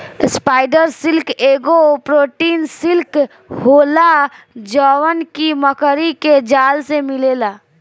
spider silk एगो protein silk होला जवन की मकड़ी के जाल से मिलेला